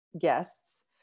guests